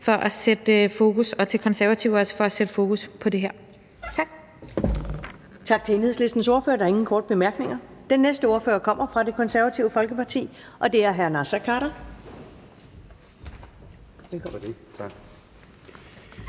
for at sætte fokus på det her. Tak. Kl. 11:40 Første næstformand (Karen Ellemann): Tak til Enhedslistens ordfører. Der er ingen korte bemærkninger. Den næste ordfører kommer fra Det Konservative Folkeparti, og det er hr. Naser Khader. Velkommen. Kl.